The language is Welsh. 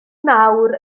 nawr